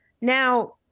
Now